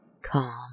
calm